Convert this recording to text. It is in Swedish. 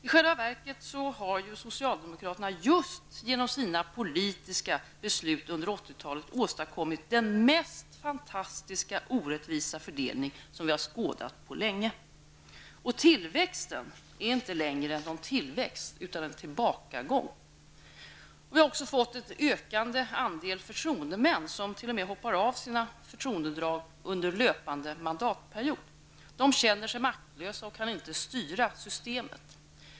I själva verket har socialdemokraterna just genom sina politiska beslut under 80-talet åstadkommit den mest fantastiska och orättvisa fördelning som vi har skådat på länge. Tillväxten är inte längre någon tillväxt utan en tillbakagång. Vi har också fått en ökande andel förtroendemän som t.o.m. hoppar av sina förtroendeuppdrag under löpande mandatperiod. De känner sig maktlösa och kan inte styra systemet.